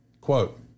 Quote